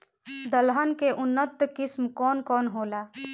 दलहन के उन्नत किस्म कौन कौनहोला?